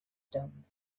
stones